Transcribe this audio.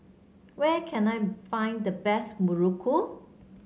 where can I find the best Muruku